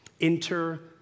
Enter